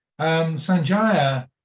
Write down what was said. Sanjaya